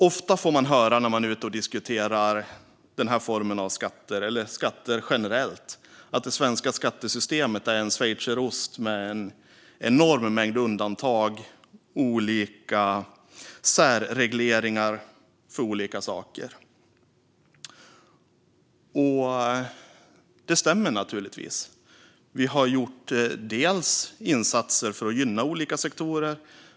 Ofta får man höra när man är ute och diskuterar den här formen av skatter eller skatter generellt att det svenska skattesystemet är en schweizerost med en enorm mängd undantag och olika särregleringar för olika saker. Det stämmer naturligtvis. Vi har gjort insatser för att gynna olika sektorer.